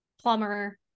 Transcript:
plumber